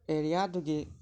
ꯑꯦꯔꯤꯌꯥꯗꯨꯒꯤ